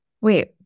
Wait